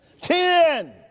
Ten